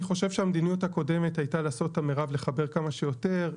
אני חושב שהמדיניות הקודמת הייתה לעשות את המירב על מנת לחבר כמה שיותר.